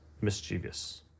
mischievous